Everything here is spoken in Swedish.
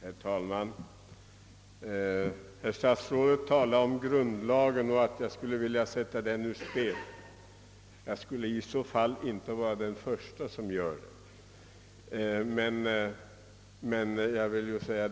Herr talman! Herr statsrådet talade om grundlagen och att jag skulle vilja sätta den ur spel. Jag skulle i så fall inte vara den förste som har en sådan önskan.